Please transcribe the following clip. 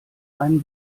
einen